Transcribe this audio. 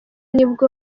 nibwo